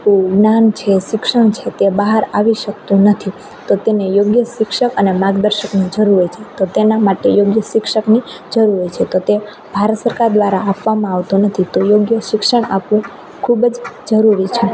જ્ઞાન છે શિક્ષણ છે તે બહાર આવી શકતું નથી તો તેને યોગ્ય શિક્ષક અને માર્ગદર્શકની જરૂર હોય છે તો તેના માટે યોગ્ય શિક્ષકની જરૂર હોય છે તો તે ભારત સરકાર દ્વારા આપવામાં આવતું નથી તો યોગ્ય શિક્ષણ આપવું ખૂબ જ જરૂરી છે